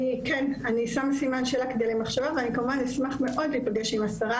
אני שמה סימן שאלה למחשבה ואני כמובן אשמח מאוד להיפגש עם השרה